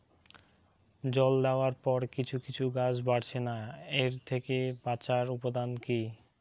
জল দেওয়ার পরে কিছু কিছু গাছ বাড়ছে না এর থেকে বাঁচার উপাদান কী?